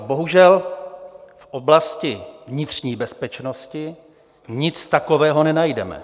Bohužel, v oblasti vnitřní bezpečnosti nic takového nenajdeme.